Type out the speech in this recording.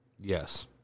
Yes